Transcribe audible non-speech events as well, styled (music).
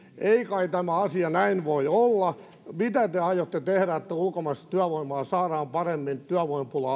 ei kai tämä asia näin voi olla mitä te aiotte tehdä että ulkomaista työvoimaa saadaan paremmin työvoimapula (unintelligible)